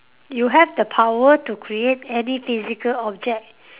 you have the power to create any physical object